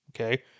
okay